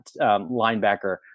linebacker